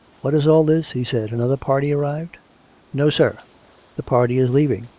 what is all this he said. another party arrived no, sir the party is leaving.